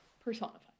personified